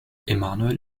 emanuel